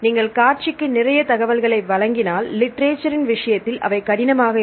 நீங்கள் காட்சிக்கு நிறைய தகவல்களை வழங்கினால் லிட்ரேச்சரின் விஷயத்தில் அவை கடினமாக இருக்கும்